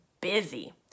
busy